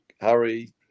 Harry